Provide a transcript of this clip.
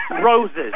roses